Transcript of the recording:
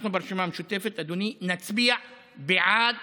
אנחנו ברשימה המשותפת, אדוני, נצביע בעד